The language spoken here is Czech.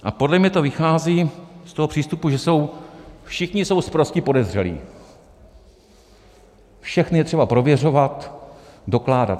A podle mě to vychází z přístupu, že všichni jsou sprostí podezřelí, všechny je třeba prověřovat, dokládat.